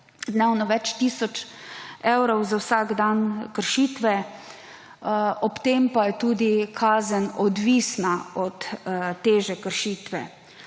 dnevno več tisoč evrov za vsak dan kršitve, ob tem pa je tudi kazen odvisna od teže kršitve.